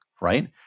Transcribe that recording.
right